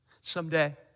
Someday